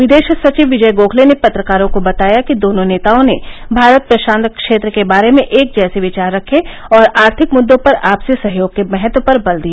विदेश सचिव विजय गोखले ने पत्रकारों को बताया कि दोनों नेताओं ने भारत प्रशांत क्षेत्र के बारे में एक जैसे विचार रखे और आर्थिक मुद्दों पर आपसी सहयोग के महत्व पर बल दिया